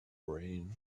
brain